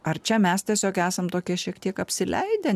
ar čia mes tiesiog esam tokie šiek tiek apsileidę